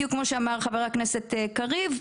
בדיוק כמו שאמר חבר הכנסת קריב,